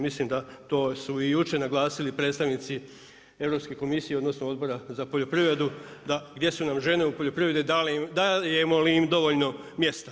Mislim da to su i jučer naglasili predstavnici Europske komisije, odnosno, Odbora za poljoprivredu, da gdje su nam žena u poljoprivredu, dajemo li im dovoljno mjesta.